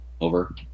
over